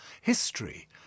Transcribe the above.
history